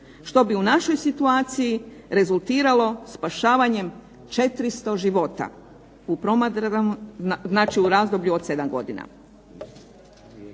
što bi u našoj situaciji rezultiralo spašavanjem 400 života, znači u razdoblju od 7 godina.